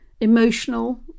Emotional